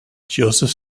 joseph